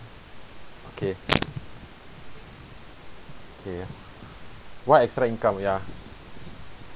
okay okay what extra income ya